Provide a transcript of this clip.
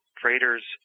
Freighters